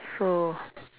so